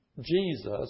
Jesus